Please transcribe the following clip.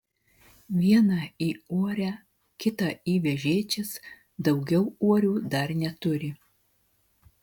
vieną į uorę kitą į vežėčias daugiau uorių dar neturi